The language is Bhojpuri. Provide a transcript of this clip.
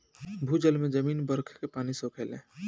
भूजल में जमीन बरखे के पानी सोखेले